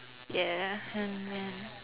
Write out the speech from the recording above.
ya and then